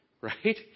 right